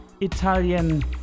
Italian